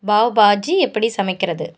பாவ் பாஜி எப்படி சமைக்கிறது